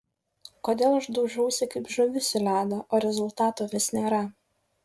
kodėl aš daužausi kaip žuvis į ledą o rezultato vis nėra